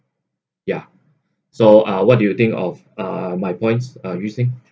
ya so uh what do you think of uh my points uh